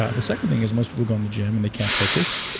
ah the second thing is most people go in the gym, and they can't focus,